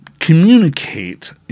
communicate